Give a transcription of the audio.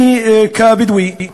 אני, כבדואי,